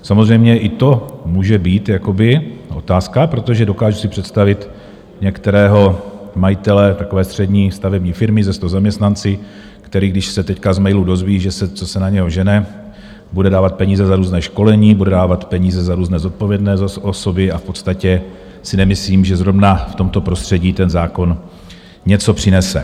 Samozřejmě i to může být otázka, protože dokážu si představit některého majitele takové střední stavební firmy se sto zaměstnanci, který když se teď z mailu dozví, co se na něho žene, bude dávat peníze za různá školení, bude dávat peníze za různé zodpovědné osoby a v podstatě si nemyslím, že zrovna v tomto prostředí ten zákon něco přinese.